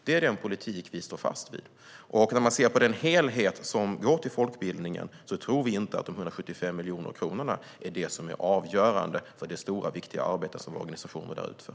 Det är den politik som vi står fast vid. När man ser på det totala anslaget till folkbildningen tror vi inte att de 175 miljoner kronorna är det som är avgörande för det stora viktiga arbete som organisationerna utför.